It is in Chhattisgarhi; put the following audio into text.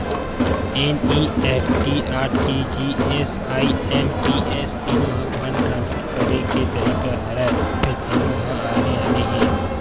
एन.इ.एफ.टी, आर.टी.जी.एस, आई.एम.पी.एस तीनो ह फंड ट्रांसफर करे के तरीका हरय फेर तीनो ह आने आने हे